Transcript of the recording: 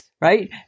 Right